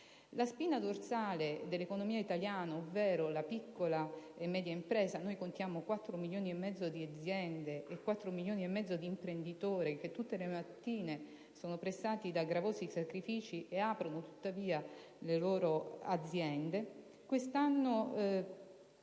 La spina dorsale dell'economia italiana, ovvero la piccola e media impresa (noi contiamo 4,5 milioni di aziende e 4,5 milioni di imprenditori che tutte le mattine sono pressati da gravosi, grossi sacrifici, e aprono tuttavia le loro attività), quest'anno